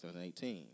2018